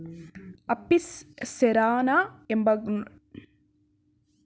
Apis cerana ಎಂಬ ಜೇನುನೊಣವು ಗುಂಪು ಗೂಡುವಿಕೆಯ ಪ್ರಕ್ರಿಯೆಯಲ್ಲಿ ಪ್ರಮುಖ ಪಾತ್ರವಹಿಸ್ತದೆ